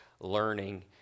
learning